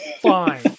fine